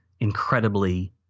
incredibly